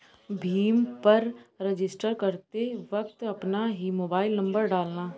भीम पर रजिस्टर करते वक्त अपना ही मोबाईल नंबर डालना